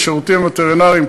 עם השירותים הווטרינריים,